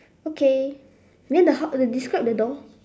okay then the how describe the door